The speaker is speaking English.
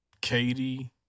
Katy